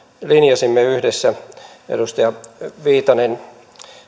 linjasimme yhdessä edustaja viitanen